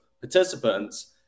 participants